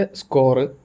score